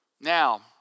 Now